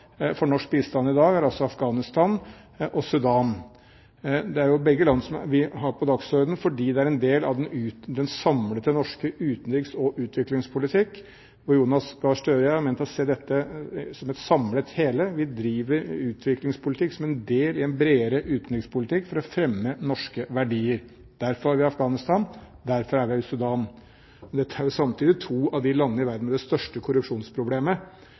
for norsk bistand i dag er Afghanistan og Sudan. Vi har jo begge land på dagsordenen fordi de er en del av den samlede norske utenriks- og utviklingspolitikk. Jonas Gahr Støre og jeg har ment å se dette som et samlet hele. Vi driver utviklingspolitikk som en del av en bredere utenrikspolitikk for å fremme norske verdier. Derfor er vi i Afghanistan, og derfor er vi i Sudan. Dette er samtidig to av de landene i verden